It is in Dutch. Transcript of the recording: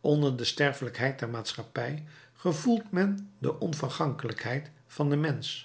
onder de sterfelijkheid der maatschappij gevoelt men de onvergankelijkheid van den mensch